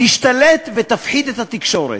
תשתלט ותפחיד את התקשורת.